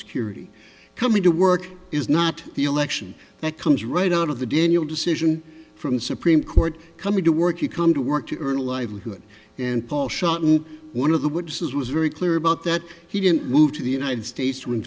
security coming to work is not the election that comes right out of the daniel decision from the supreme court coming to work you come to work to earn a livelihood and paul shot one of the witnesses was very clear about that he didn't move to the united states